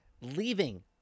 leaving